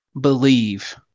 believe